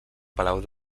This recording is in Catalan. palau